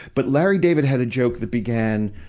but larry david had a joke that began,